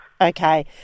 Okay